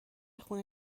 خونه